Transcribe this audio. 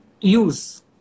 use